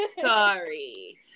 Sorry